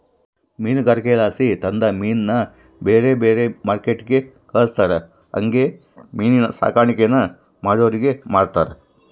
ಮೀನುಗಾರಿಕೆಲಾಸಿ ತಂದ ಮೀನ್ನ ಬ್ಯಾರೆ ಬ್ಯಾರೆ ಮಾರ್ಕೆಟ್ಟಿಗೆ ಕಳಿಸ್ತಾರ ಹಂಗೆ ಮೀನಿನ್ ಸಾಕಾಣಿಕೇನ ಮಾಡೋರಿಗೆ ಮಾರ್ತಾರ